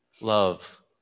love